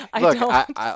look